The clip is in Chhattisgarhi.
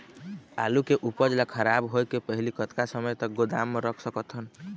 आलू के उपज ला खराब होय के पहली कतका समय तक गोदाम म रख सकत हन?